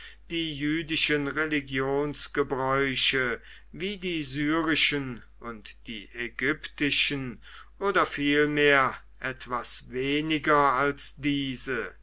die jüdischen religionsgebräuche wie die syrischen und die ägyptischen oder vielmehr etwas weniger als diese